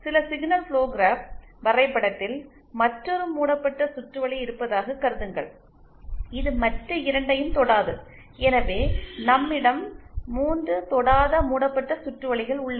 சில signal flow graph வரைபடத்தில் மற்றொரு மூடப்பட்ட சுற்று வழி இருப்பதாகக் கருதுங்கள் இது மற்ற 2 ஐயும் தொடாது எனவே நம்மிடம் 3 தொடாத மூடப்பட்ட சுற்று வழிகள் உள்ளன